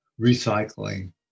recycling